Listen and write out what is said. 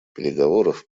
переговоров